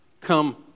come